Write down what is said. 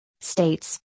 States